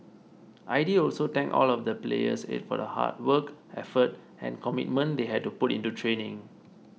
Aide also thanked all of the players for the hard work effort and commitment they had to put into training